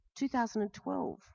2012